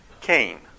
Cain